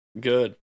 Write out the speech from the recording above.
Good